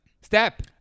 Step